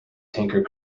tinker